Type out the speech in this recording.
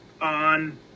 on